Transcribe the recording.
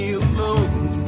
alone